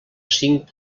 cinc